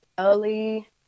early